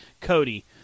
Cody